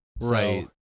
Right